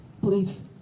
Please